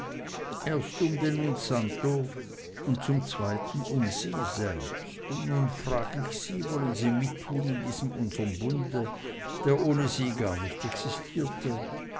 erst um den un santo und zum zweiten um sie selbst und nun frag ich sie wollen sie mittun in diesem unserm bunde der ohne sie gar nicht existierte